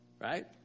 right